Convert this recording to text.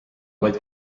vaid